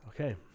Okay